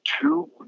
two